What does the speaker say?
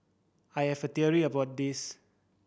I have a theory about this